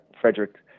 Frederick